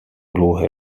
dlouhé